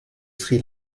sri